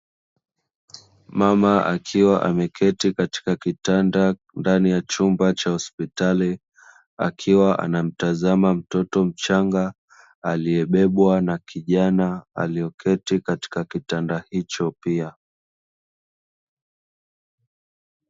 Mama akiwa ameketi kwenye kitanda ndani ya chumba cha hospitali, akimtazama mtoto mchanga aliyebebwa na kijana aliyeketi kwenye kitanda hicho pia.